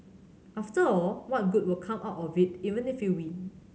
after all what good will come out of it even if you win